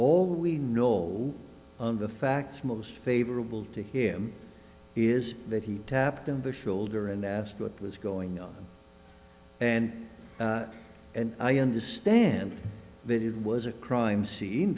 all we know all the facts most favorable to him is that he tapped on the shoulder and asked what was going on and i understand that it was a crime scene